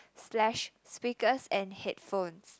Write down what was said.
slash speakers and headphones